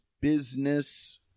business